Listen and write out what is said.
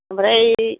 ओमफ्राय